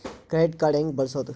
Credit card ಹೆಂಗ ಬಳಸೋದು?